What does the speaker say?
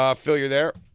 um phil, you're there?